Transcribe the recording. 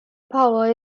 power